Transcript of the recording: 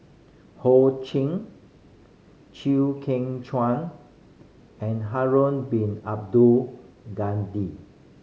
Ho Ching Chew Kheng Chuan and Harun Bin Abdul